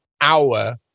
hour